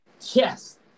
Yes